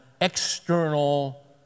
external